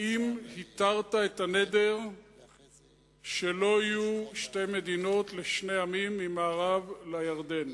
האם התרת את הנדר שלא יהיו שתי מדינות לשני עמים ממערב לירדן?